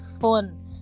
fun